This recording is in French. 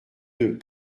deux